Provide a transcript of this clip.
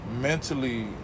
mentally